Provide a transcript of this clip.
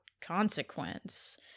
consequence